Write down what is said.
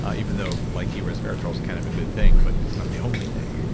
ah even though like you, resveratrol is kind of a good thing but it's not the only thing